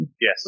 Yes